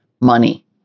money